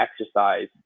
exercise